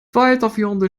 weiterführende